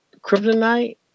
kryptonite